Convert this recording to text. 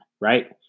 right